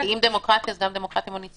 כי אם דמוקרטיה, אז גם דמוקרטיה מוניציפלית.